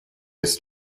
ist